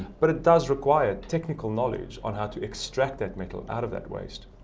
but it does require technical knowledge on how to extract that metal out of that waste.